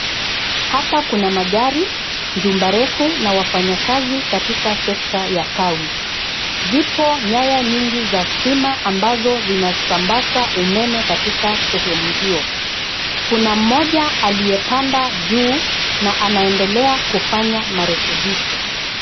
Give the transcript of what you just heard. Hapa kuna magari, jumba refu na wafanyakazi katika sekta ya kawi. Zipo nyaya nyingi za stima ambazo zinasambaza umeme katika sehemu hio. Kuna mmoja aliyepanda juu na anaendelea kufanya marekebisho.